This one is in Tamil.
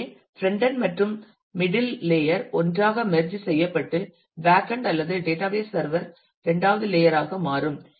எனவே ஃபிரான்டென்ட் மற்றும் மிடில் லேயர் ஒன்றாக merge செய்யப்பட்டு பேகெண்ட் அல்லது டேட்டாபேஸ் சர்வர் இரண்டாவது லேயர் ஆக மாறும்